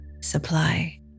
supply